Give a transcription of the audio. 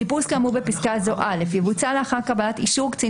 חיפוש כאמור בפסקה זו יבוצע לאחר קבלת אישור קצין